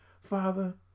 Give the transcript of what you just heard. Father